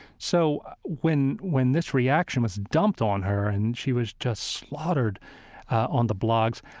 so when when this reaction was dumped on her and she was just slaughtered on the blogs,